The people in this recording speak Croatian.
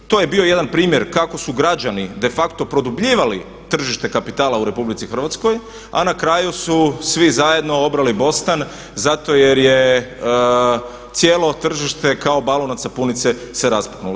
To je bio jedan primjer kako su građani de facto produbljivali tržište kapitala u RH a na kraju su svi zajedno obrali bostan zato jer je cijelo tržište kao balon od sapunice se raspuhnulo.